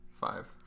Five